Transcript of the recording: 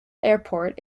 airport